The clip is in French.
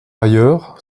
ailleurs